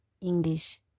English